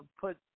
put